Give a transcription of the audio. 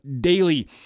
daily